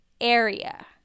area